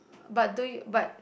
but do you but